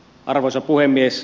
arvoisa puhemies